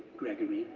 gregory,